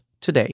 today